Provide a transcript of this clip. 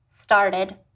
started